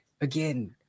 again